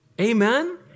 Amen